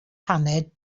paned